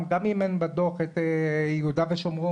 גם אם אין בדו"ח את יהודה ושומרון,